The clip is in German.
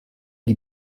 die